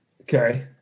Okay